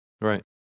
Right